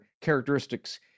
characteristics